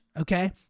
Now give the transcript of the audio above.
okay